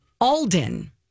Alden